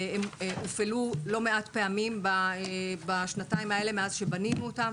הן הופעלו לא מעט פעמים בשנתיים מאז שבנינו אותן.